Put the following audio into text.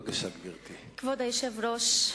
כבוד היושב-ראש,